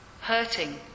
hurting